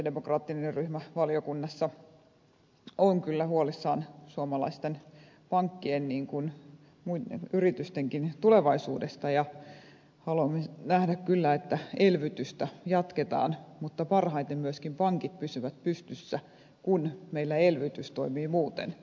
sosialidemokraattinen ryhmä valiokunnassa on kyllä huolissaan niin suomalaisten pankkien kuin yritystenkin tulevaisuudesta ja haluamme nähdä kyllä että elvytystä jatketaan mutta parhaiten myöskin pankit pysyvät pystyssä kun meillä elvytys toimii muuten